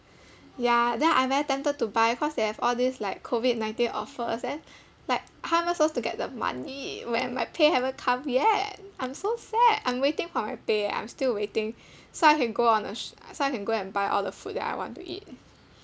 ya then I very tempted to buy cause they have all these like COVID nineteen offers then like how am I supposed to get the money when my pay haven't come yet I'm so sad I'm waiting for my pay eh I'm still waiting so I can go on a sh~ so I can go and buy all the food that I want to eat